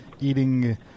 Eating